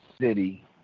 city